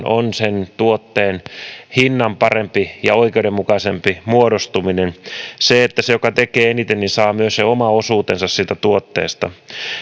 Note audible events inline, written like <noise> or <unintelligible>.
<unintelligible> on sen tuotteen hinnan parempi ja oikeudenmukaisempi muodostuminen se että se joka tekee eniten saa myös sen oman osuutensa siitä tuotteesta